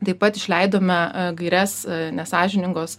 taip pat išleidome gaires nesąžiningos